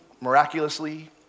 miraculously